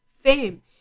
fame